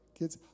kids